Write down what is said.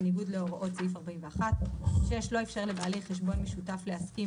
בניגוד להוראות סעיף 41. לא איפשר לבעלי חשבון משותף להסכים,